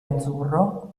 azzurro